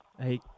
Hey